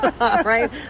Right